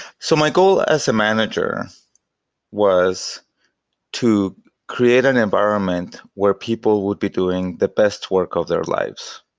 so my goal as a manager was to create an environment where people would be doing the best work of their lives.